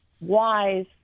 wise